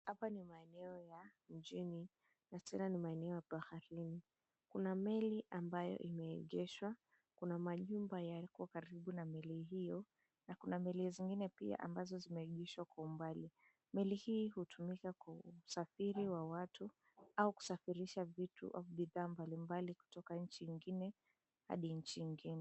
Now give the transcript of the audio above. Hapa ni maeneo ya mjini na tena ni maeneo ya baharini. Kuna meli ambayo imeegeshwa. Kuna majumba yako karibu na meli hio na kuna meli zingine pia ambazo zimeegeshwa kwa umbali. Meli hii hutumika kwa usafiri wa watu au husafirisha vitu au bidhaa mbalimbali kutoka nchi nyingine hadi nchi nyingine.